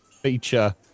feature